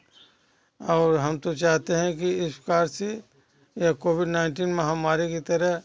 और हम तो चाहते है कि इस प्रकार यह कोविड नाइनटीन महामारी की तरह